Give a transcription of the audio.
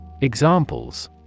Examples